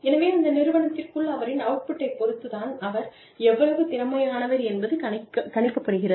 எனவே அந்த நிறுவனத்திற்குள் அவரின் அவுட் புட்டைப் பொறுத்து தான் அவர் எவ்வளவு திறமையானவர் என்பது கணிக்கப்படுகிறது